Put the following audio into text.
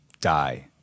die